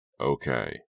Okay